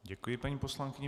Děkuji paní poslankyni.